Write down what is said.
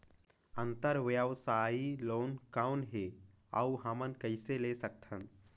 अंतरव्यवसायी लोन कौन हे? अउ हमन कइसे ले सकथन?